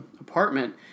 apartment